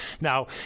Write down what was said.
Now